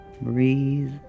breathe